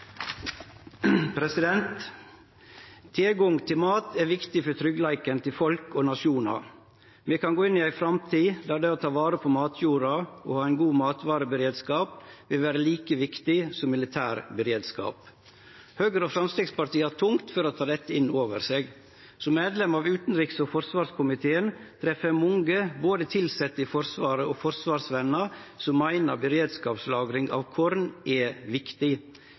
viktig for tryggleiken til folk og nasjonar. Vi kan gå inn i ei framtid der det å ta vare på matjorda og ha ein god matvareberedskap vil vere like viktig som militær beredskap. Høgre og Framstegspartiet har tungt for å ta dette inn over seg. Som medlem av utanriks- og forsvarskomiteen treffer eg mange, både tilsette i Forsvaret og forsvarsvener, som meiner at beredskapslagring av korn er viktig,